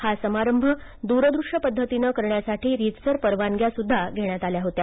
हा समारंभ दूरदृष्य पद्धतीनं करण्यासाठी रीतसर परवानग्या सुद्धा घेण्यात आल्या होत्या